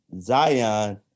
Zion